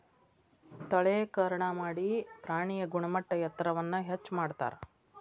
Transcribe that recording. ತಳೇಕರಣಾ ಮಾಡಿ ಪ್ರಾಣಿಯ ಗುಣಮಟ್ಟ ಎತ್ತರವನ್ನ ಹೆಚ್ಚ ಮಾಡತಾರ